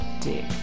Dick